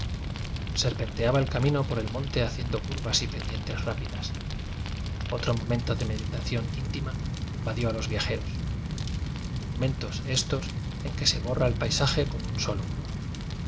serpenteaba el camino por el monte ha ciendo curvas y pendientes rápidas otro momento de meditación íntima invadió a los viajeros momentos éstos en que se bo rra el paisaje con un solo color